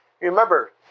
Remember